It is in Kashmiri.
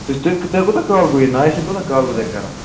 تُہۍ تُہۍ تُہۍ کوٗتاہ کال گوٚو یہِ نایہِ سۭتۍ کوٗتاہ کال گوٚو تُہۍ کَران